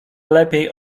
lepiej